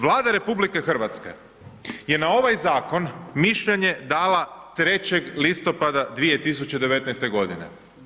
Vlada RH je na ovaj zakon mišljenje dala 3. listopada 2019. godine.